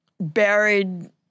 buried